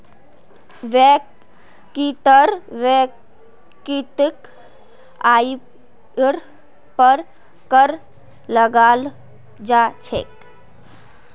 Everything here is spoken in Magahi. व्यक्तिर वैयक्तिक आइर पर कर लगाल जा छेक